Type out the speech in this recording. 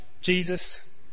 Jesus